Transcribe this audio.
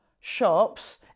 shops